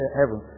heaven